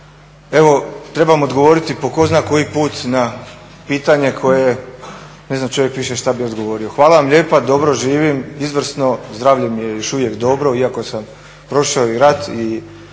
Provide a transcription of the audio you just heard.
Evo trebam odgovoriti po tko zna koji put na pitanje na koje ne zna čovjek više što bi odgovorio. Hvala vam lijepa, dobro živim, izvrsno, zdravlje mi je još uvijek dobro iako sam prošao i rat